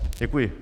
Děkuji.